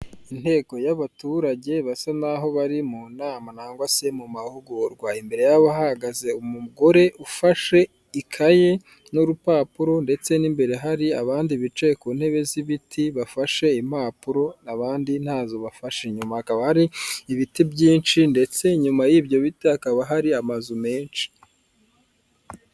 Inteko y'abaturage basa n'aho bari mu nama, nangwa se mu mahugurwa, imbere yabo hahagaze umugore ufashe ikaye n'urupapuro, ndetse n'imbere hari abandi bicaye ku ntebe z'ibiti, bafashe impapuro, abandi ntazo bafashe, inyuma hakaba hari ibiti byinshi, ndetse inyuma y'ibyo biti, hakaba hari amazu menshi.